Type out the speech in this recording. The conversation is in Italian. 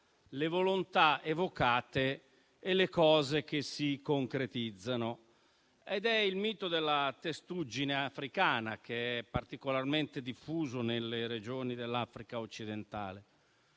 le volontà evocate e le cose che si concretizzano. Mi riferisco al mito della testuggine africana, particolarmente diffuso nelle regioni dell'Africa occidentale.